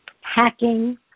hacking